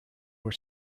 were